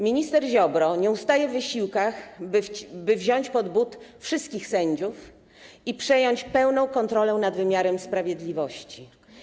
Minister Ziobro nie ustaje w wysiłkach, by wziąć pod but wszystkich sędziów i przejąć pełną kontrolę nad wymiarem sprawiedliwości.